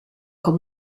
con